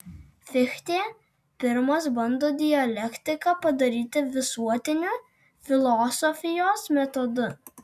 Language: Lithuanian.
fichtė pirmas bando dialektiką padaryti visuotiniu filosofijos metodu